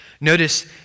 Notice